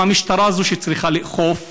אם המשטרה היא זו שצריכה לאכוף